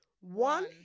one